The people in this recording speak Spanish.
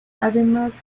además